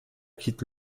quitte